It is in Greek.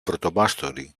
πρωτομάστορη